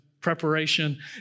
preparation